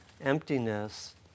emptiness